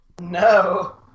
No